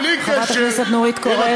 חברת הכנסת נורית קורן.